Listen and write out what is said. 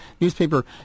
newspaper